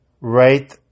right